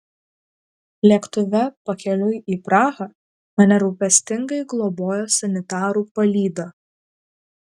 lėktuve pakeliui į prahą mane rūpestingai globojo sanitarų palyda